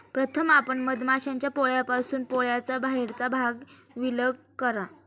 प्रथम आपण मधमाश्यांच्या पोळ्यापासून पोळ्याचा बाहेरचा भाग विलग करा